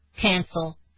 cancel